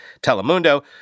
Telemundo